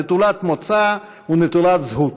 נטולת מוצא ונטולת זהות.